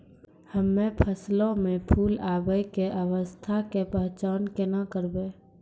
हम्मे फसलो मे फूल आबै के अवस्था के पहचान केना करबै?